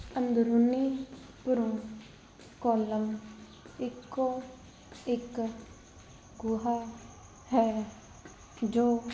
ਅੰਦਰੂਨੀ ਭਰੂਣ ਕੋਲੋਮ ਇੱਕੋ ਇੱਕ ਗੁਹਾ ਹੈ ਜੋ